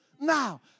now